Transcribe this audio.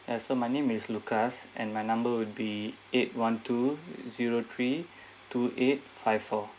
ya so my name is lucas and my number would be eight one two zero three two eight five four